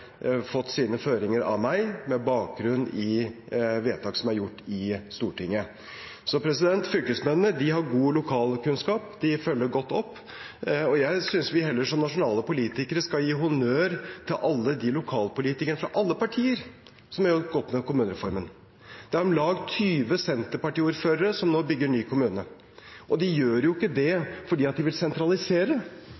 fått sine føringer av meg med bakgrunn i vedtak som er gjort i Stortinget. Fylkesmennene har god lokalkunnskap, de følger godt opp. Jeg synes vi heller som nasjonale politikere skal gi honnør til alle de lokalpolitikerne fra alle partier som jobber godt med kommunereformen. Det er om lag 20 senterpartiordførere som nå bygger ny kommune, og de gjør ikke det